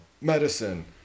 medicine